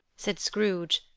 said scrooge.